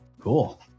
Cool